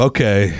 Okay